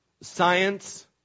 Science